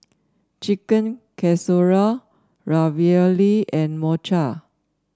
Chicken Casserole Ravioli and Mochi